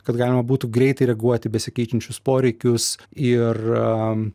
kad galima būtų greitai reaguoti į besikeičiančius poreikius ir